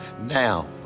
Now